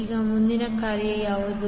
ಈಗ ಮುಂದಿನ ಕಾರ್ಯ ಯಾವುದು